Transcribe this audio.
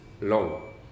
Long